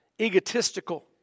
egotistical